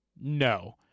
No